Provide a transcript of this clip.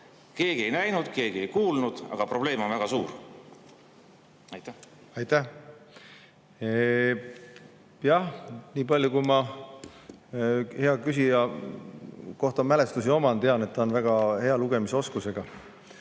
Keegi ei näinud, keegi ei kuulnud, aga probleem on väga suur. Aitäh! Jah, niipalju, kui ma hea küsija kohta mälestusi oman, tean, et ta on väga hea lugemisoskusega.